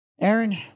Aaron